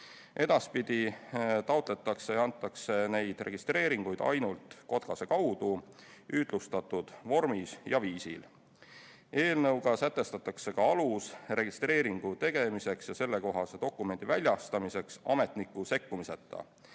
Edaspidi taotletakse ja antakse neid registreeringuid ainult KOTKAS-e kaudu, ühtlustatud vormis ja viisil. Eelnõuga sätestatakse ka alus registreeringu tegemiseks ja sellekohase dokumendi väljastamiseks ametniku sekkumiseta